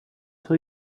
tell